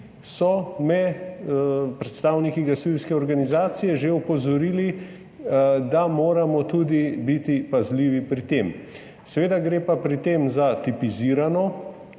predstavniki gasilske organizacije so me že opozorili, da moramo tudi biti pazljivi pri tem. Seveda gre pa pri tem za tipizirano